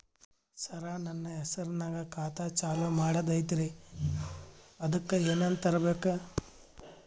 ಸರ, ನನ್ನ ಹೆಸರ್ನಾಗ ಖಾತಾ ಚಾಲು ಮಾಡದೈತ್ರೀ ಅದಕ ಏನನ ತರಬೇಕ?